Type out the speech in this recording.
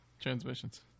Transmissions